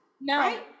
No